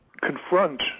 confront